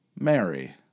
Mary